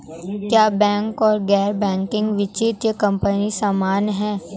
क्या बैंक और गैर बैंकिंग वित्तीय कंपनियां समान हैं?